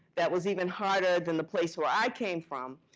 that was even harder than the place where i came from.